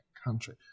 country